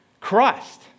Christ